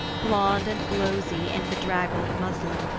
blonde and blowsy, in bedraggled muslin.